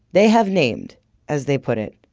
they have named as they put it,